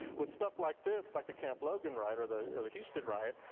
with stuff like this, like the camp logan riot or the or the houston riot,